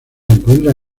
encuentra